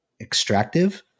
extractive